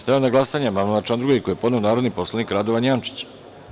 Stavljam na glasanje amandman na član 2. koji je podneo narodni poslanik Radovan Jančić.